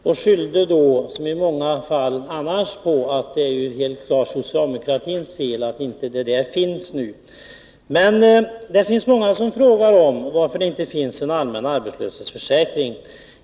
Han skyllde då som i många andra sammanhang på socialdemokraterna och sade att det är deras fel att någon sådan inte har införts. Många frågar varför det inte finns någon allmän arbetslöshetsförsäkring.